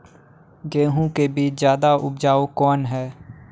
गेहूँ के बीज ज्यादा उपजाऊ कौन है?